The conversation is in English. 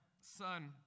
son